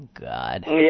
God